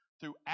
throughout